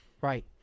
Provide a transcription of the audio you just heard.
right